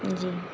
जी